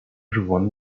everyone